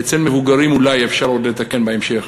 אצל מבוגרים אולי אפשר עוד לתקן בהמשך.